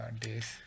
days